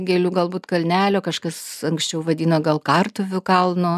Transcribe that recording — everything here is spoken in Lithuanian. gėlių galbūt kalnelio kažkas anksčiau vadino gal kartuvių kalno